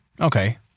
Okay